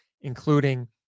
including